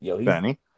Benny